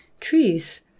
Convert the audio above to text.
trees